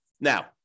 Now